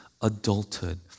adulthood